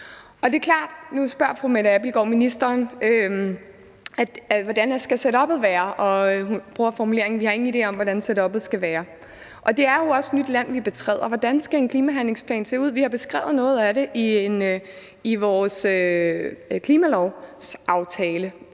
hurtigst muligt. Nu spørger fru Mette Abildgaard ministeren, hvordan setuppet skal være, og hun bruger formuleringen: Vi har ingen idé om, hvordan setuppet skal være. Det er jo også nyt land, vi betræder. Hvordan skal en klimahandlingsplan se ud? Vi har beskrevet noget af det i vores klimalovsaftale